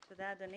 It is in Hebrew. תודה, אדוני.